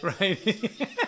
right